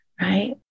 right